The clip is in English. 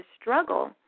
struggle